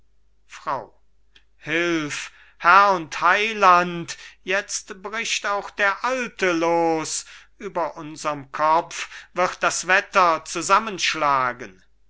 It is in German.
frau hilf herr und heiland jetzt bricht auch der alte los über unserm kopf wird das wetter zusammenschlagen